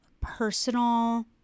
personal